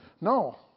No